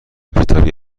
کتابی